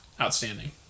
outstanding